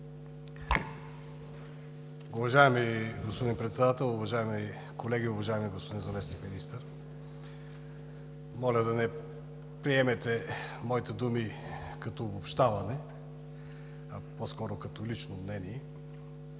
Уважаеми господин Председател, уважаем колеги, уважаеми господин Заместник министър! Моля да не приемете моите думи като обобщаване, а по-скоро като лично мнение.